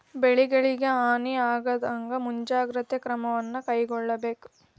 ಬೆಳೆಗಳಿಗೆ ಹಾನಿ ಆಗದಹಾಗೆ ಮುಂಜಾಗ್ರತೆ ಕ್ರಮವನ್ನು ಕೈಗೊಳ್ಳಬೇಕು